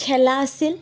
খেলা আছিল